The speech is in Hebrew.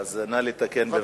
אז נא לתקן, בבקשה.